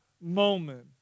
moment